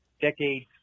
decades